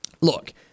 Look